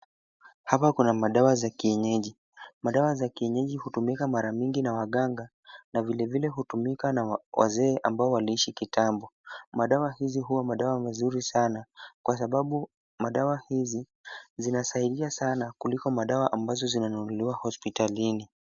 Hapa kuna madawa za kienyeji. Madawa za kienyeji hutumika mara mingi na waganga na vilevile hutumika na wazee ambao waliishi kitambo, madawa hizi huwa madawa mazuri sana kwa sababu madawa hizi zinasaidia sana kuliko madawa ambazo zinanunuliwa hospitalini.